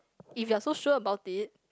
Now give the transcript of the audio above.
if you're so sure about it